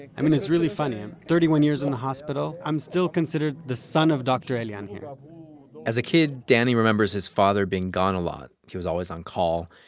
i mean, it's really funny. i'm thirty-one years in the hospital, i'm still considered the son of dr. elian here as a kid, danny remembers his father being gone a lot. he was always on call,